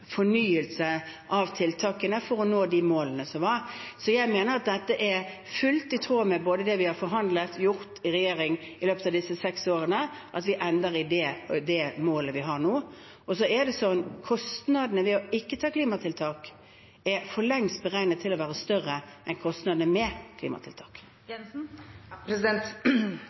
fornyelse av tiltakene for å nå de målene som var. Så jeg mener at det er fullt i tråd med både det vi har forhandlet og gjort i regjering i løpet av disse seks årene, at vi ender med det målet vi har nå. Og så er det sånn at kostnadene ved ikke å ta klimatiltak for lengst er beregnet til å være større enn kostnadene med